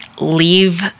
leave